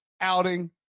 outing